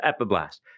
epiblast